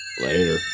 Later